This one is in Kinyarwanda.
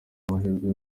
amahirwe